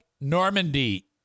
Normandy